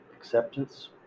acceptance